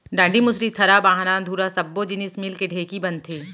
डांड़ी, मुसरी, थरा, बाहना, धुरा सब्बो जिनिस मिलके ढेंकी बनथे